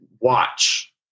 watch